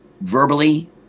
verbally